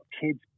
kids